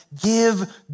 give